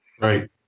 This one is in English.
Right